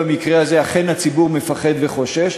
במקרה הזה אכן הציבור מפחד וחושש,